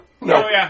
No